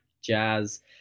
jazz